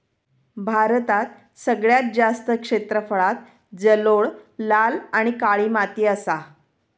भारतात सगळ्यात जास्त क्षेत्रफळांत जलोळ, लाल आणि काळी माती असा